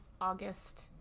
August